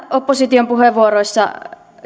opposition puheenvuoroissa